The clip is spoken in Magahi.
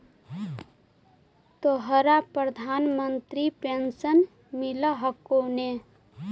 तोहरा प्रधानमंत्री पेन्शन मिल हको ने?